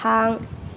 थां